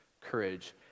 courage